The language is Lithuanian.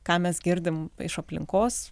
ką mes girdim iš aplinkos